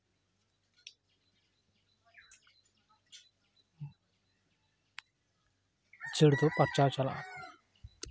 ᱡᱷᱟᱹᱲ ᱫᱚ ᱯᱟᱨᱪᱟᱣ ᱪᱟᱞᱟᱜᱼᱟ